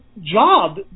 job